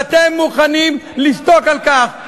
ואתם מוכנים לשתוק על כך.